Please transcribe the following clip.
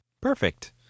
Perfect